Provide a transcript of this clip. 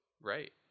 Right